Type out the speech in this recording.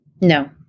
No